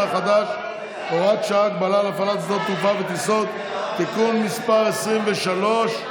החדש (הוראת שעה) (הגבלות על הפעלת שדות תעופה וטיסות) (תיקון מס' 23),